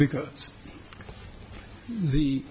because the